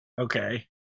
okay